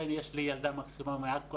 יש לי ילדה מקסימה מעכו,